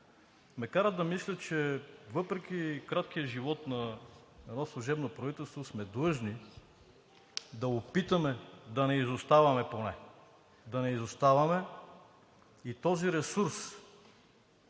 ме карат да мисля, че въпреки краткия живот на едно служебно правителство, сме длъжни да опитаме поне да не изоставяме и този ресурс,